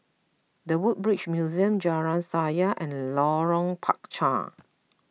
the Woodbridge Museum Jalan Sayang and Lorong Panchar